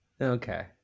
Okay